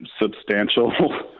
substantial